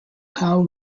cao